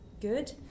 good